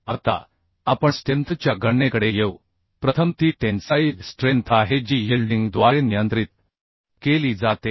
आता आपण स्ट्रेंथ च्या गणनेकडे येऊ प्रथम ती टेन्साईल स्ट्रेंथ आहे जी यिल्डिन द्वारे नियंत्रित केली जाते